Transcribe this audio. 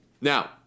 Now